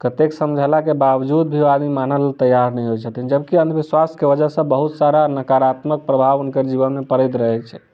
कतेक समझेला के बावजूद भी ओ आदमी मानए लेल तैयार नहि होइ छथिन जबकि अन्धविश्वास के वजह सँ बहुत सारा नकारात्मक प्रभाव हुनकर जीवन मे परैत रहै छै